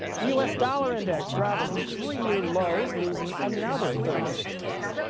the u s. dollar index dropped to three year lows losing another thirty six ticks.